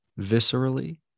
viscerally